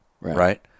Right